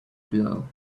blow